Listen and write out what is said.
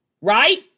right